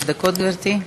עד חמש דקות, גברתי.